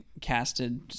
casted